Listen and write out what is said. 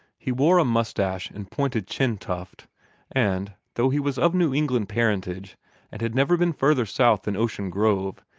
he wore a mustache and pointed chin-tuft and, though he was of new england parentage and had never been further south than ocean grove,